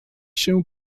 się